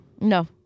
no